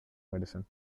medicine